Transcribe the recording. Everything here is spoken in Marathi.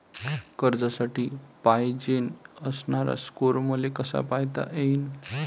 कर्जासाठी पायजेन असणारा स्कोर मले कसा पायता येईन?